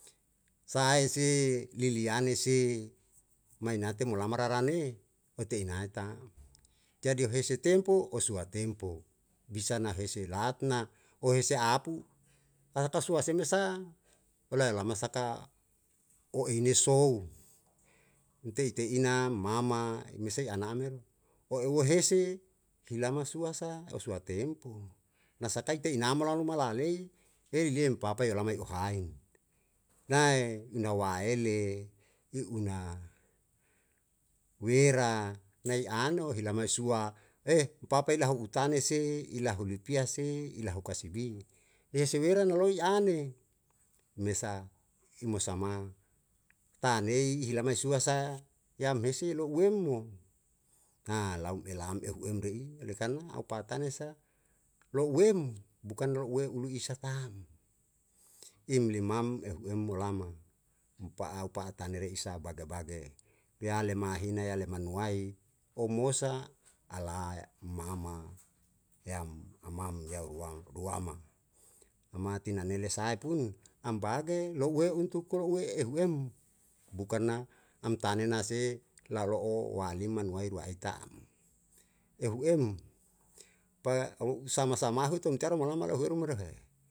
Sahae si ye liane se mae nate mo lama rarane o te'i nae ta'm, jadi huese tempo osua tempo bisa na huese latna oese apu arata sua se me sa olae lama saka o ei ne sou u te'i te'i na mama me sei ana' meru o eu o hese hilama sua sa osua tempo nasa kai tei nama ruma la lei eli liem papa yo lama u haen nae u na waele u una wera nae ano hilama sua e papae laho utane se i lahu lipia se i lahu kasibi ese weran loi ane mesa i mu sama ta'anei hila me sua sa yam hese lo'uemo na lau e lam ehu em re'i ole karna au pa'atane sa lou em bukan lo'ue u lu isa ta'm le mam ehu em mo lama mpa'a u pa'atane re isa bage bage yale mahina yale manuwai o mosa alae mama yam amam yau ruam ruama mati nanele sae pun am bage lo'ue untuk ro'ue ehu em bukan na am tane nase la lo'o waliman wae rua e ta'm ehu em pa lou sama sama hu tom tero mo lama rohu eru moro he.